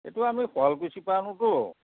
এইটো আমি শুৱালকুছিৰ পৰা আনোতো